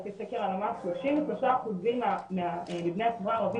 על פי סקר הלמ"ס 33% מבני החברה הערבית